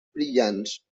brillants